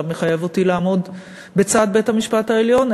מחייב אותי לעמוד לצד בית-המשפט העליון,